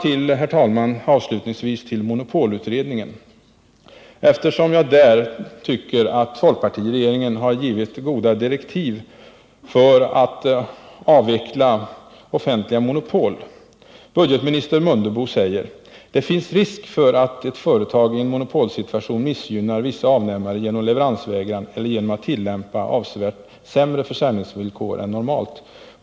Jag vill avslutningsvis återkomma till monopolutredningen eftersom jag tycker att folkpartiregeringen där har gett goda direktiv för att avveckla offentliga monopol. Budgetminister Mundebo säger: ”Det finns också risk för att ett företag i en monopolsituation missgynnar vissa avnämare genom leveransvägran eller genom att tillämpa avsevärt sämre försäljningsvillkor än normalt.